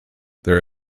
there